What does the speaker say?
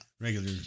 Regular